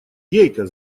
гейка